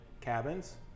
cabins